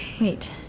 Wait